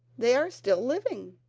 they are still living.